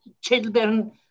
children